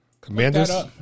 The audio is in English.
Commanders